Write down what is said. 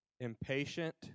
Impatient